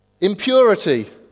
Impurity